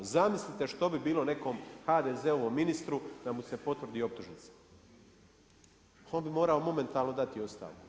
Zamislite što bi bilo nekom HDZ-ovom ministru da mu se potvrdi optužnica, on bi morao momentalno dati ostavku.